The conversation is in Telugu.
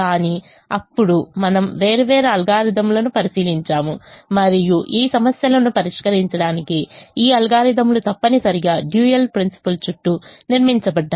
కానీ అప్పుడు మనము వేర్వేరు అల్గోరిథంలను పరిశీలించాము మరియు ఈ సమస్యలను పరిష్కరించడానికి ఈ అల్గోరిథంలు తప్పనిసరిగా డ్యూయల్ ప్రిన్సిపాల్ చుట్టూ నిర్మించబడ్డాయి